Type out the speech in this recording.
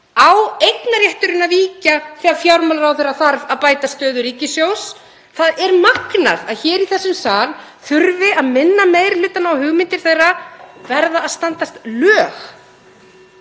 Á eignarrétturinn að víkja þegar fjármálaráðherra þarf að bæta stöðu ríkissjóðs? Það er magnað að hér í þessum sal þurfi að minna meiri hlutann á að hugmyndir þeirra verða að standast lög.